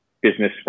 business